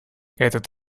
этот